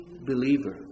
believer